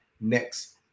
next